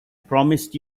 promised